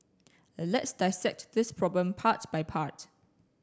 let's dissect this problem part by part